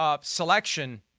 selection